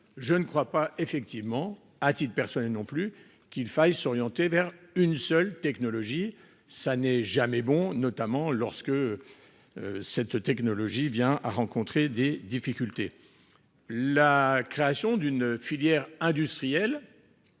Je ne crois pas effectivement a-t-il persuadé non plus qu'il faille s'orienter vers une seule technologie ça n'est jamais bon notamment lorsque. Cette technologie vient à rencontrer des difficultés. La création d'une filière industrielle.